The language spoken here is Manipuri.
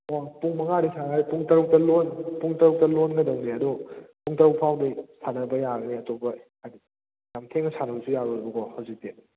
ꯑꯣ ꯄꯨꯡ ꯃꯉꯥꯗꯒꯤ ꯁꯥꯟꯅꯔꯒ ꯄꯨꯡ ꯇꯔꯨꯛꯇ ꯂꯣꯏ ꯄꯨꯡ ꯇꯔꯨꯛꯇ ꯂꯣꯟꯒꯗꯕꯅꯦ ꯑꯗꯣ ꯄꯨꯡ ꯇꯔꯨꯛ ꯐꯥꯎꯗꯤ ꯁꯥꯟꯅꯕ ꯌꯥꯒꯅꯤ ꯑꯇꯣꯞꯄ ꯍꯥꯏꯗꯤ ꯌꯥꯝ ꯊꯦꯡꯅ ꯁꯥꯟꯅꯕꯁꯨ ꯌꯥꯔꯣꯏꯕꯀꯣ ꯍꯧꯖꯤꯛꯇꯤ